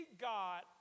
God